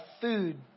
food